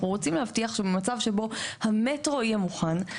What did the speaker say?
אנחנו רוצים להבטיח שבמצב שבו המטרו יהיה מוכן,